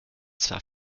zwar